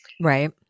Right